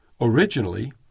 Originally